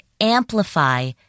amplify